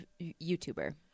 YouTuber